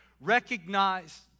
Recognize